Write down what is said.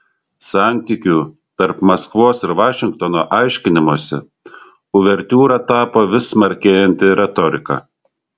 santykių tarp maskvos ir vašingtono aiškinimosi uvertiūra tapo vis smarkėjanti retorika